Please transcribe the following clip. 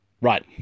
Right